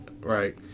right